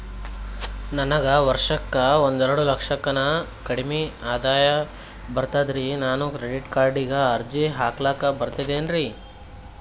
ನನಗ ವರ್ಷಕ್ಕ ಒಂದೆರಡು ಲಕ್ಷಕ್ಕನ ಕಡಿಮಿ ಆದಾಯ ಬರ್ತದ್ರಿ ನಾನು ಕ್ರೆಡಿಟ್ ಕಾರ್ಡೀಗ ಅರ್ಜಿ ಹಾಕ್ಲಕ ಬರ್ತದೇನ್ರಿ?